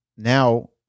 Now